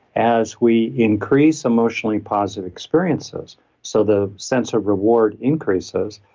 as we increase emotionally positive experiences so the sense of reward increases,